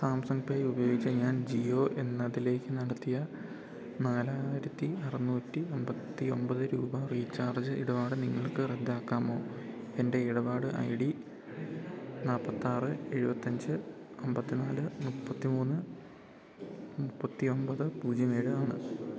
Samsung pay ഉപയോഗിച്ച് ഞാൻ Jio എന്നതിലേക്ക് നടത്തിയ നാലായിരത്തി അറുന്നൂറ്റി അമ്പത്തി ഒന്പത് രൂപ റീചാർജ് ഇടപാട് നിങ്ങൾക്ക് റദ്ദാക്കാമോ എൻ്റെ ഇടപാട് ഐ ഡി നാല്പത്തിയാറ് എഴുപത്തിയഞ്ച് അമ്പത്തിനാല് മുപ്പത്തിമൂന്ന് മുപ്പത്തിയൊമ്പത് പൂജ്യം ഏഴ് ആണ്